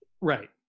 right